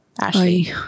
Ashley